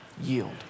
yield